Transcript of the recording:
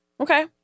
Okay